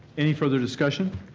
any further discussion?